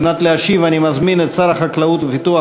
על מנת להשיב אני מזמין את שר החקלאות ופיתוח